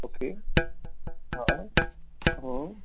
okay ہاں ہوں